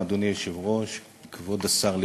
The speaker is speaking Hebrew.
אדוני היושב-ראש, תודה רבה לך, כבוד השר לוין,